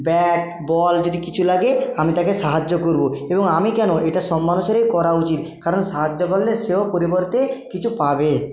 bat ball যদি কিছু লাগে আমি তাকে সাহায্য করব এবং আমি কেন এটা সব মানুষেরই করা উচিত কারণ সাহায্য করলে সেও পরিবর্তে কিছু পাবে